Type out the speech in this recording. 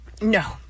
No